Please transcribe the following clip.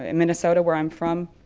ah minnesota where i'm from,